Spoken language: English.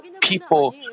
people